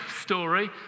story